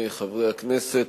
חברי הכנסת,